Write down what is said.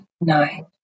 nine